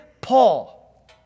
Paul